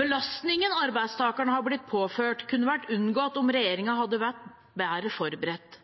Belastningen arbeidstakerne er blitt påført, kunne vært unngått om regjeringen hadde vært bedre forberedt.